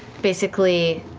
basically,